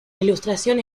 ilustración